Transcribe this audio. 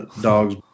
Dogs